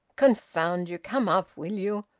confound you! come up will you!